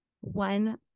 one